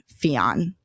fion